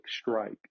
strike